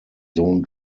sohn